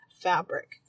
fabric